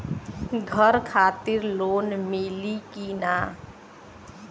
घर खातिर लोन मिली कि ना?